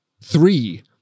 Three